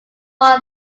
one